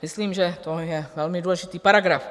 Myslím, že to je velmi důležitý paragraf.